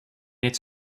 its